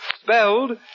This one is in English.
spelled